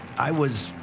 i was,